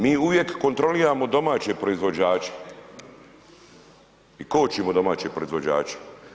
Mi uvijek kontroliramo domaće proizvođače i kočimo domaće proizvođače.